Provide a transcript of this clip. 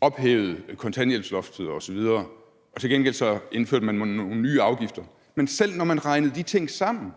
ophævede kontanthjælpsloftet osv., og til gengæld indførte man nogle nye afgifter. Men selv når man regnede de ting sammen,